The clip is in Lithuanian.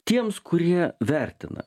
tiems kurie vertina